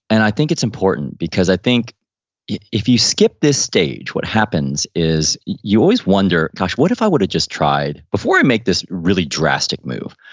and i think it's important because i think if you skip this stage, what happens is you always wonder, gosh, what if i would've just tried before i make this really drastic move?